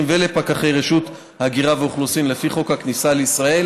ולפקחי רשות ההגירה והאוכלוסין לפי חוק הכניסה לישראל,